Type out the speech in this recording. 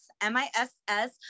M-I-S-S